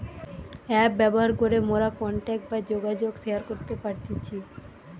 app ব্যবহার করে মোরা কন্টাক্ট বা যোগাযোগ শেয়ার করতে পারতেছি